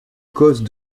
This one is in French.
cause